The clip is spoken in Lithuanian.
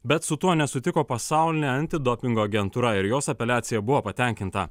bet su tuo nesutiko pasaulinė antidopingo agentūra ir jos apeliacija buvo patenkinta